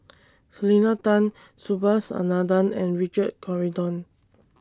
Selena Tan Subhas Anandan and Richard Corridon